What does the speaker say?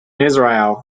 israel